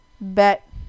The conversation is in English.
Bet